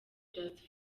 just